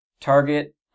Target